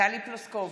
טלי פלוסקוב,